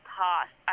past